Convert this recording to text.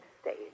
state